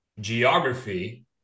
geography